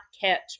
catch